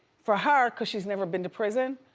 for her, cause she's never been to prison,